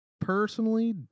personally